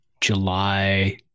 July